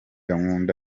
ankunda